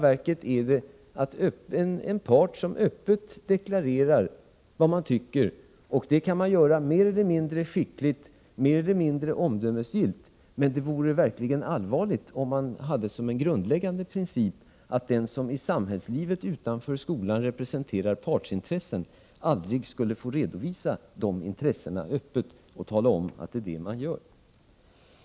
Det är en part som öppet deklarerar vad man tycker, och det kan man göra mer eller mindre skickligt, mer eller mindre omdömesgillt. Men det vore verkligen allvarligt om vi som grundläggande princip hade att den som i samhällslivet utanför skolan representerar partsintressen aldrig skulle få redovisa de intressena öppet och tala om att det är det man gör.